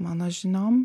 mano žiniom